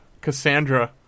Cassandra